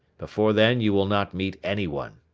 before then you will not meet anyone.